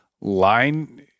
Line